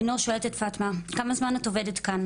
לינור שואלת את פטמה: כמה זמן את עובדת כאן?